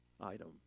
item